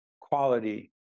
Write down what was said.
quality